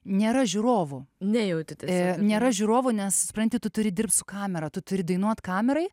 nėra žiūrovų nejauti tiesiog nėra žiūrovų nes supranti tu turi dirbt kamera tu turi dainuoti kamerai